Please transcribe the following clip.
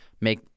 make